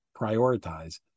prioritize